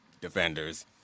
defenders